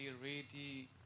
ready